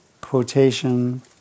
quotation